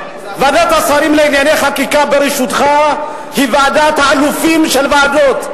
ועדת השרים לענייני חקיקה בראשותך היא ועדת האלופים של הוועדות.